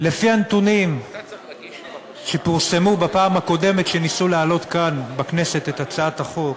לפי הנתונים שפורסמו בפעם הקודמת כשניסו להעלות כאן את הצעת החוק,